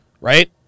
Right